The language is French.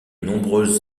nombreuses